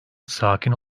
sakin